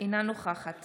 אינה נוכחת